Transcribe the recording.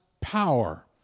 power